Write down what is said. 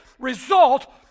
Result